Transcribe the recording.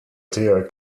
dear